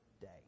day